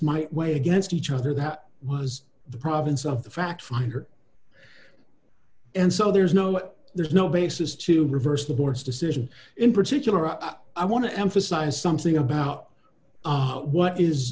weigh against each other that was the province of the fact finder and so there's no there's no basis to reverse the board's decision in particular i want to emphasize something about what is